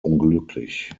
unglücklich